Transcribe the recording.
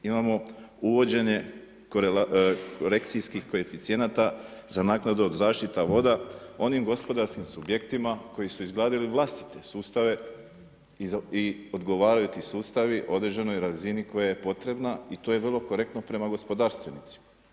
Imamo uvođenje korekcijskih koeficijenata za naknadu od zaštita voda onim gospodarskim subjektima koji su izgradili vlastite sustave i odgovaraju ti sustavi određenoj razini koja je potrebna i to je vrlo korektno prema gospodarstvenicima.